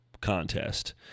contest